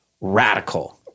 radical